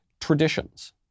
traditions